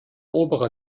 obere